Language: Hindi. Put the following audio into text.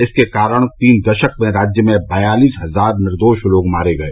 इसके कारण तीन दशक में राज्य में बयालिस हजार निर्दोष लोग मारे गए